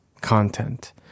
content